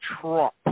Trump